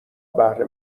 بهره